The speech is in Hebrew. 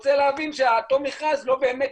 אני רוצה להבין שאותו מכרז לא באמת